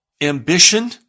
ambition